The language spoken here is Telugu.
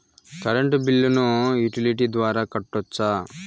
కరెంటు బిల్లును యుటిలిటీ ద్వారా కట్టొచ్చా?